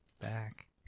back